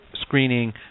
screening